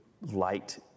light